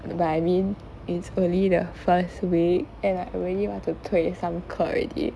but I mean it's only the first week and I already want to 退 some 课 already